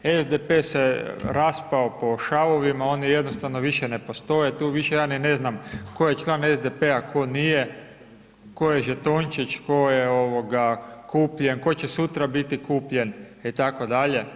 SDP se raspao po šavovima, oni jednostavno više ne postoje, tu više ja ni ne znam tko je član SDP-a, tko nije, tko je žetončić, tko je kupljen, tko će sutra biti kupljen, itd.